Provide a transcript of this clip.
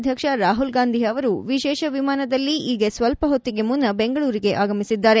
ಅಧ್ಯಕ್ಷ ರಾಹುಲ್ ಗಾಂಧಿ ಅವರು ವಿಶೇಷ ವಿಮಾನದಲ್ಲಿ ಈಗ್ಗೆ ಸ್ತಲ್ಪ ಹೊತ್ತಿಗೆ ಮುನ್ನ ಬೆಂಗಳೂರಿಗೆ ಆಗಮಿಸಿದ್ದಾರೆ